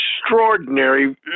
extraordinary